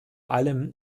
allem